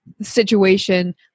situation